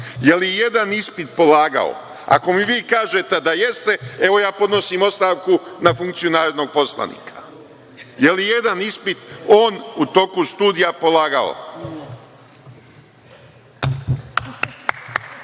je i jedan ispit polagao? Ako mi vi kažete da jeste, ja podnosim ostavku na funkciju narodnog poslanika. Da li je i jedan ispit on u toku studija polagao?